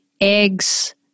Eggs